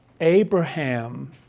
Abraham